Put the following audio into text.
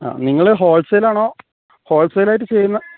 ആ നിങ്ങൾ ഹോൾസെയിലാണോ ഹോൾസെയിലായിട്ട് ചെയ്യുന്നത്